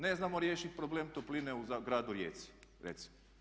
Ne znamo riješiti problem topline u gradu Rijeci, recimo.